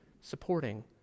supporting